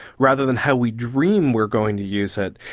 rather than how we dream we are going to use it,